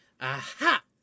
aha